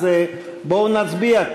אז בואו נצביע.